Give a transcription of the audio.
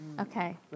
Okay